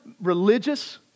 religious